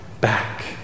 back